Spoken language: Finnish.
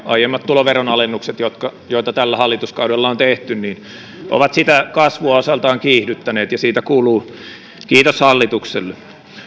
aiemmat tuloveron alennukset joita joita tällä hallituskaudella on tehty ovat sitä kasvua osaltaan kiihdyttäneet siitä kuuluu kiitos hallitukselle